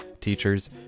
teachers